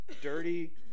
Dirty